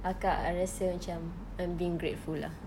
akak rasa macam I'm being grateful lah